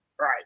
Right